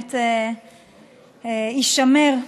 שבאמת יישמר,